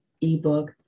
ebook